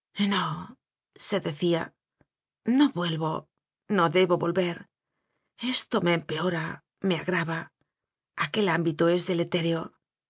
se decíano vuelvo no debo volver esto me empeora me agrava aqüel ámbito es dele téreo